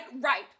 Right